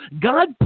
God